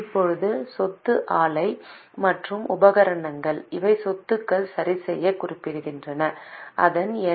இப்போது சொத்து ஆலை மற்றும் உபகரணங்கள் இவை சொத்துக்களை சரிசெய்ய குறிப்பிடுகின்றன அதன் என்